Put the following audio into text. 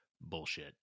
Bullshit